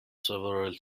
several